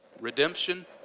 redemption